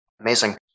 Amazing